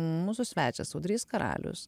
mūsų svečias audrys karalius